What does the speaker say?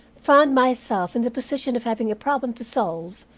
found myself in the position of having a problem to solve,